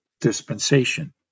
dispensation